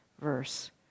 verse